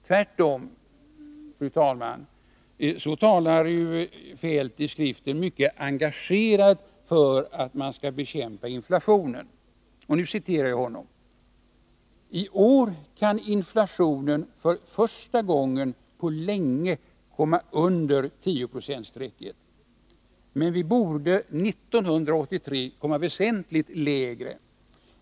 Tvärtom talar Kjell-Olof Feldt i skriften mycket engagerat för ett bekämpande av inflationen: ”T år kan inflationen för första gången på länge komma under 10-procentstrecket, men vi borde 1983 komma väsentligt lägre.